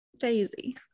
Daisy